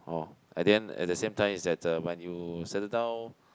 orh at the end at the same time is that uh when you settle down